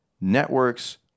networks